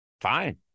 fine